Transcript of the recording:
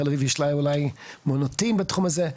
יש לה מוניטין בתחום הזה.